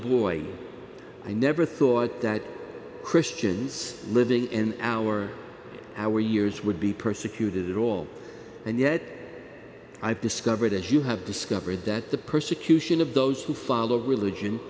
boy i never thought that christians living in our our years would be persecuted at all and yet i've discovered as you have discovered that the persecution of those who follow religion